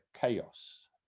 chaos